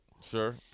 Sure